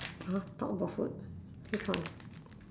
!huh! talk about food which one